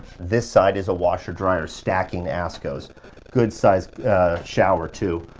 this side is a washer dryer. stacking askos good size shower, too.